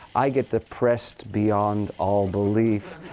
i get depressed beyond all belief.